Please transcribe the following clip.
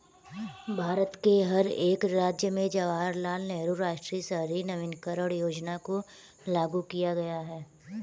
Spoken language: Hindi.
भारत के हर एक राज्य में जवाहरलाल नेहरू राष्ट्रीय शहरी नवीकरण योजना को लागू किया गया है